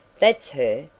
that's her.